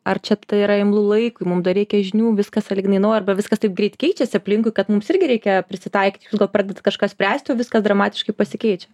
ar čia tai yra imlu laikui mum dar reikia žinių viskas sąlyginai nauja arba viskas taip greit keičiasi aplinkui kad mums irgi reikia prisitaikyt jūs gal pradedat kažką spręsti o viskas dramatiškai pasikeičia